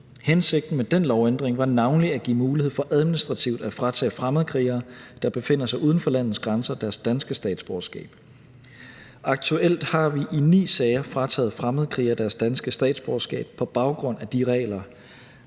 Hensigten med den lovændring var navnlig at give mulighed for administrativt at fratage fremmedkrigere, der befinder sig uden for landets grænser, deres danske statsborgerskab. Aktuelt har vi i ni sager frataget fremmedkrigere deres danske statsborgerskab på baggrund af de regler.